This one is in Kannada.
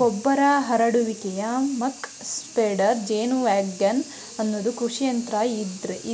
ಗೊಬ್ಬರ ಹರಡುವಿಕೆಯ ಮಕ್ ಸ್ಪ್ರೆಡರ್ ಜೇನುವ್ಯಾಗನ್ ಅನ್ನೋದು ಕೃಷಿಯಂತ್ರ